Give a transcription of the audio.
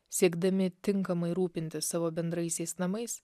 siekdami tinkamai rūpintis savo bendraisiais namais